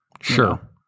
Sure